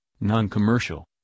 non-commercial